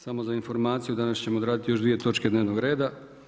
Samo za informaciju danas ćemo odraditi još 2 točke dnevnog reda.